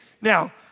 Now